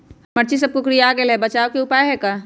हमर मिर्ची सब कोकररिया गेल कोई बचाव के उपाय है का?